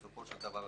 בסופו של דבר,